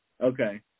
Okay